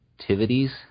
activities